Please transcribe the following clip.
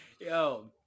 Yo